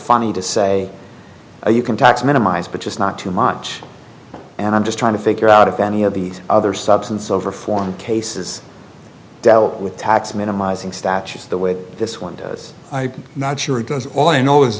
funny to say you can tax minimize but just not too much and i'm just trying to figure out if any of these other substance over form cases dealt with tax minimising statues the way this one does not sure does all i know is